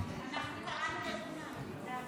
אנחנו קראנו לכולם.